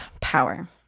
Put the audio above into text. power